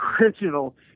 original